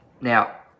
Now